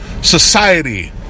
Society